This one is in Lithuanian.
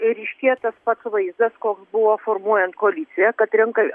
ryškėja tas pats vaizdas koks buvo formuojant koaliciją kad rinkai